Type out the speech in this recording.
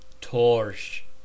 torch